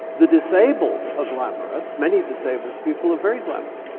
the disabled are glamorous, many disabled people are very glamorous,